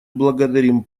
благодарим